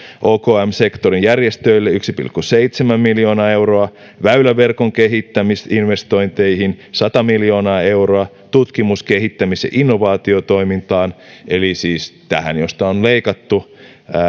okm sektorin järjestöille yksi pilkku seitsemän miljoonaa euroa väyläverkon kehittämisinvestointeihin sata miljoonaa euroa tutkimus kehittämis ja innovaatiotoimintaan eli siis tähän josta on leikattu